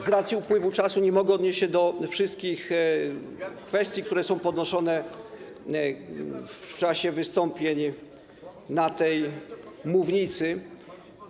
Z racji upływu czasu nie mogę odnieść się do wszystkich kwestii, które było podnoszone w czasie wystąpień na tej mównicy.